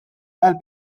għal